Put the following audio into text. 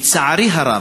לצערי הרב,